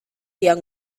young